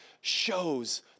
shows